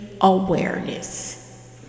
awareness